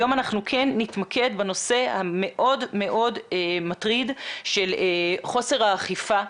היום נתמקד בנושא המאוד מאוד מטריד של חוסר האכיפה.